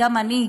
"גם אני",